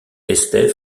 estève